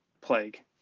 plague